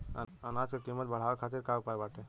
अनाज क कीमत बढ़ावे खातिर का उपाय बाटे?